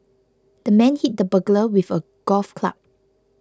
the man hit the burglar with a golf club